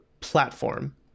platform